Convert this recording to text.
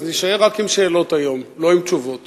אז נישאר רק עם שאלות היום, לא יהיו תשובות.